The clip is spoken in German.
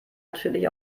natürlich